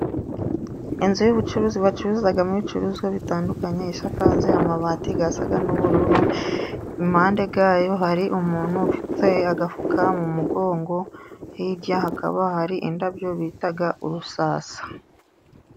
Inzu yubucuruzi bacururizamo ibicuruzwa bitandukanye, isakaje amabati yasaga n'ubururu, impande yayo hari umuntu ufite agafuka mu mugongo, hirya hakaba hari indabyo bita urusasa.